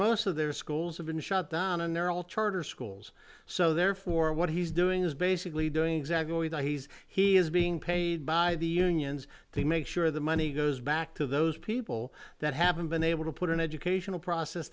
most of their schools have been shut down and neural charter schools so therefore what he's doing is basic doing exactly that he's he is being paid by the unions to make sure the money goes back to those people that haven't been able to put an educational process